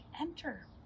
enter